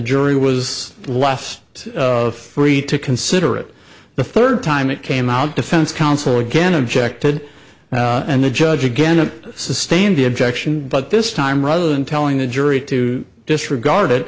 jury was last two three to consider it the third time it came out defense counsel again objected and the judge again to sustain the objection but this time rather than telling the jury to disregard it